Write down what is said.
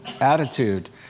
attitude